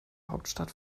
hauptstadt